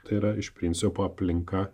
tai yra iš principo aplinka